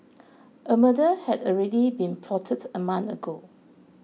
a murder had already been plotted a month ago